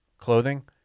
Clothing